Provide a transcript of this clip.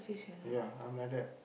ya I'm like that